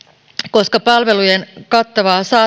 koska palvelujen kattavaa